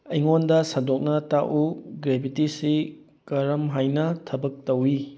ꯑꯩꯉꯣꯟꯗ ꯁꯟꯗꯣꯛꯅ ꯇꯥꯛꯎ ꯒ꯭ꯔꯦꯕꯤꯇꯤꯁꯤ ꯀꯔꯝ ꯍꯥꯏꯅ ꯊꯕꯛ ꯇꯧꯏ